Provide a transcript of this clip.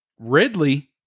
Ridley